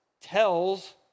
tells